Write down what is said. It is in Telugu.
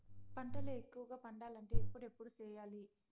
పంటల ఎక్కువగా పండాలంటే ఎప్పుడెప్పుడు సేయాలి?